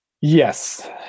Yes